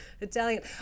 Italian